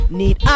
need